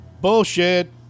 Bullshit